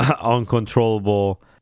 uncontrollable